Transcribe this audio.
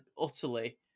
utterly